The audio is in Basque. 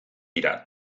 dira